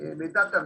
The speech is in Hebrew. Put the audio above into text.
מידע תמציתי,